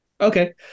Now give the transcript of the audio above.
Okay